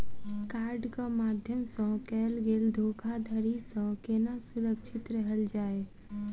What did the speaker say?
कार्डक माध्यम सँ कैल गेल धोखाधड़ी सँ केना सुरक्षित रहल जाए?